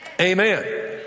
amen